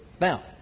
Now